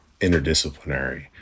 interdisciplinary